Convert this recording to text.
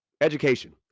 education